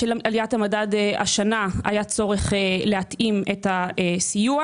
בשל עליית המדד השנה היה צורך להתאים את הסיוע